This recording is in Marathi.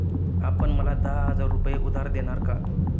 आपण मला दहा हजार रुपये उधार देणार का?